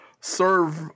serve